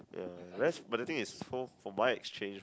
ya whereas but the thing is for for my exchange